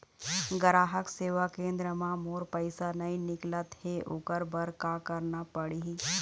ग्राहक सेवा केंद्र म मोर पैसा नई निकलत हे, ओकर बर का करना पढ़हि?